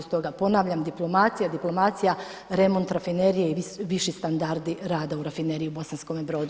Stoga ponavljam, diplomacija, diplomacija, remont, rafinerija i viši standardi rada u rafineriji u Bosanskome Brodu.